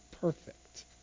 perfect